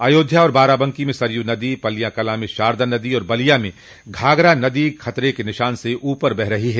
अयोध्या और बाराबंकी में सरय् नदी पलियाकलां में शारदा नदी और बलिया में घाघरा नदी खतरे के निशान से ऊपर बह रही है